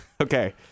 Okay